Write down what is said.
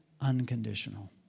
unconditional